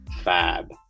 Fab